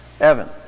Evan